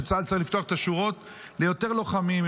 שצה"ל צריך לפתוח את השורות ליותר לוחמים,